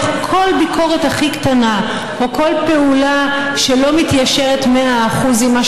כל ביקורת הכי קטנה או כל פעולה שלא מתיישרת 100% עם מה